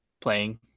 playing